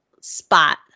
spot